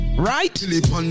Right